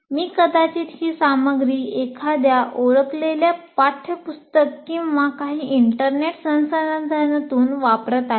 मी कदाचित ही सामग्री एखाद्या ओळखलेल्या पाठ्यपुस्तक किंवा काही इंटरनेट संसाधनातून वापरत आहे